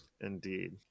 Indeed